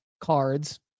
cards